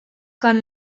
con